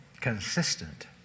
consistent